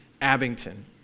Abington